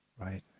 Right